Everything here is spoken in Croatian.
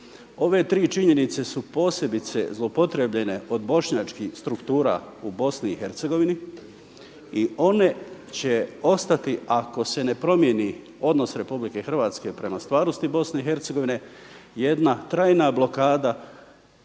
Ove tri činjenice su posebice zloupotrijebljene od bošnjačkih struktura u Bosni i Hercegovini i one će ostati ako se ne promijeni odnos Republike Hrvatske prema stvarnosti Bosne i Hercegovine jedna trajna blokada